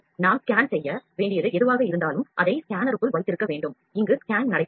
நாம் ஸ்கேன் செய்ய வேண்டியது எதுவாக இருந்தாலும் அதை ஸ்கேனருக்குள் வைத்திருக்க வேண்டும் இங்கு ஸ்கேன் நடைபெறும்